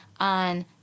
on